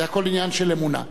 זה הכול עניין של אמונה.